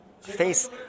face